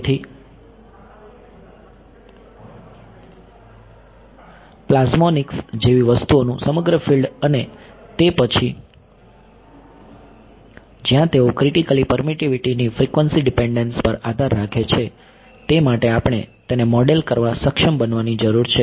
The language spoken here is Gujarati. તેથી પ્લાઝ્મોનિક્સ જેવી વસ્તુઓનું સમગ્ર ફિલ્ડ અને તે પછી જ્યાં તેઓ ક્રીટીકલી પરમીટીવીટી ની ફ્રિકવન્સી ડીપેન્ડસ પર આધાર રાખે છે તે માટે આપણે તેને મોડેલ કરવા સક્ષમ બનવાની જરૂર છે